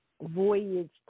voyage